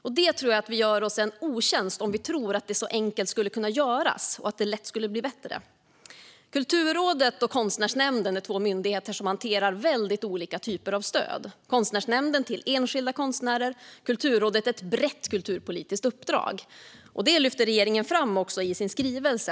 Jag tror att vi gör oss själva en otjänst om vi tror att det så enkelt skulle kunna göras och att det lätt skulle bli bättre. Kulturrådet och Konstnärsnämnden är två myndigheter som hanterar väldigt olika typer av stöd. Konstnärsnämnden har hand om stöd till enskilda konstnärer, och Kulturrådet har ett brett kulturpolitiskt uppdrag. Detta lyfter regeringen fram i sin skrivelse.